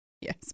Yes